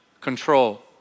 control